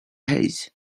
hedge